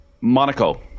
Monaco